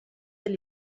del